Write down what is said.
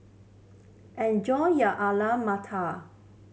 enjoy your Alu Matar